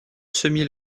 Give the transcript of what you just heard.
semi